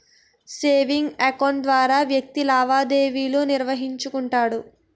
savings account ద్వారా వ్యక్తి లావాదేవీలు నిర్వహించుకుంటాడు